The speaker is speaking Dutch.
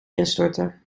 instorten